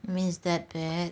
you mean it's that bad